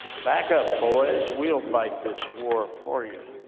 back up, boys, we'll fight this war for you,